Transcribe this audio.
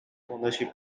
ownership